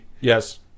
Yes